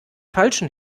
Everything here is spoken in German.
falschen